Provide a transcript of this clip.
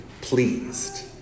pleased